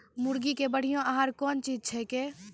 मुर्गी के बढ़िया आहार कौन चीज छै के?